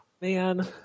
man